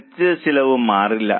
നിശ്ചിത ചെലവ് മാറില്ല